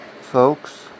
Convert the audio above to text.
Folks